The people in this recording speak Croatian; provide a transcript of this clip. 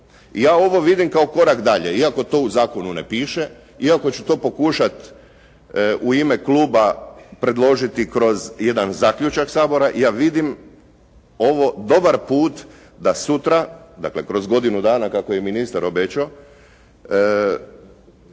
ja ovo vidim kao korak dalje, iako to u zakonu ne piše. Iako ću to pokušati u ime kluba predložiti kroz jedan zaključak Sabora. Ja vidim ovo dobar put da sutra, dakle kroz godinu dana kako je ministar obećao,